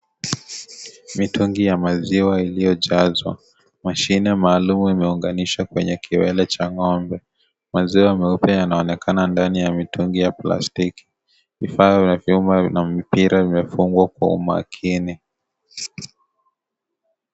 Mitungi ya maziwa iliyojazwa. Mashine maalumu imeunganishwa kwenye kiwele cha ng'ombe. Maziwa meupe yanaonekana ndani ya mitungi ya plastiki. Vifaa vya vyuma na mpira vimefungwa kwa umakini.